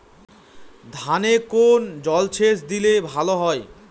ধানে কোন জলসেচ দিলে ভাল হয়?